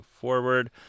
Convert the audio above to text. forward